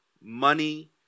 money